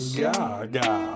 gaga